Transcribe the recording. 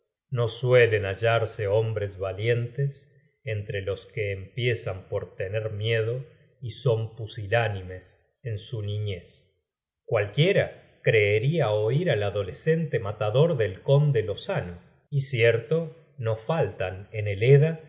no suelen hallarse hombres valientes entre los que empiezan por tener miedo y son pusilánimes en su niñez i cualquiera creeria oir al adolescente matador del conde lozano y cierto no faltan en el edda